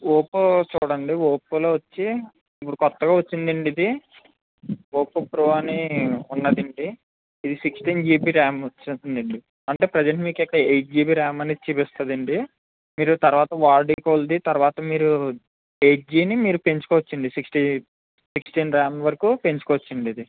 Oppo చూడండి ఒప్పోలో వచ్చి ఇప్పుడు కొత్తగా వచ్చిందండి ఇది ఒప్పో ప్రో అని ఉన్నాదండి ఇది సిక్స్టీన్ జీబీ ర్యామ్ వస్తుందండి అంటే ప్రజెంట్ మీకు అయితే ఎయిట్ జీబీ ర్యామ్ అని చూపిస్తుందండి మీరు తరువాత వాడే కొలదీ తరువాత మీరు ఎయిట్ జీబిని మీరు పెంచుకోవచ్చండి సిక్స్టీ సిక్టీన్ ర్యామ్ వరకు పెంచుకోవచ్చండి ఇది